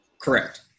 Correct